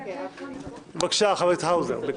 בבקשה, חבר הכנסת האוזר.